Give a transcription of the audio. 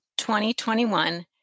2021